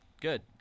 Good